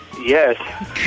Yes